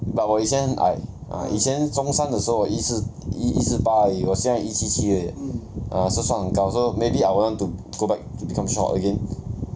but 我以前很矮以前中三的时候一四一一四一四八而已我现在一七七 leh ah so 算很高 so maybe I want to go back and become short again